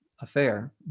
affair